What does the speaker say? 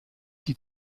die